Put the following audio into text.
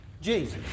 Jesus